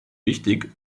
wichtig